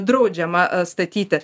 draudžiama statyti